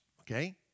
Okay